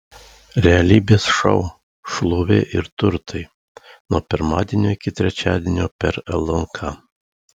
realybės šou šlovė ir turtai nuo pirmadienio iki trečiadienio per lnk